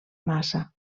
massa